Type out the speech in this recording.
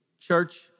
Church